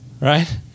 right